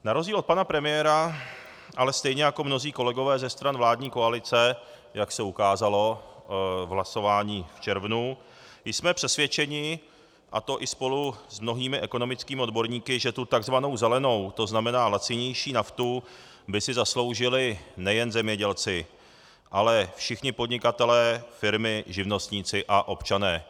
Na rozdíl od pana premiéra ale stejně jako mnozí kolegové ze stran vládní koalice, jak se ukázalo v hlasování v červnu, jsme přesvědčeni, a to i spolu s mnohými ekonomickými odborníky, že tu takzvanou zelenou, to znamená lacinější naftu, by si zasloužili nejen zemědělci, ale všichni podnikatelé, firmy, živnostníci a občané.